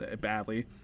badly